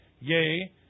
Yea